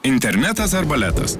internetas ar baletas